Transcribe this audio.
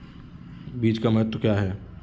बीज का महत्व क्या है?